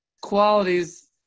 qualities